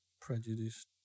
prejudiced